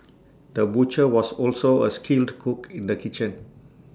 the butcher was also A skilled cook in the kitchen